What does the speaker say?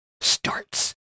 starts